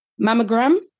Mammogram